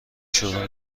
شروع